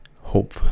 hope